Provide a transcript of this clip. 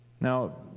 Now